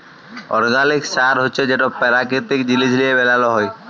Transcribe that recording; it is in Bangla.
অর্গ্যালিক সার হছে যেট পেরাকিতিক জিনিস লিঁয়ে বেলাল হ্যয়